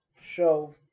show